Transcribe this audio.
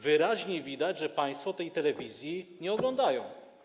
Wyraźnie widać, że państwo tej telewizji nie oglądają.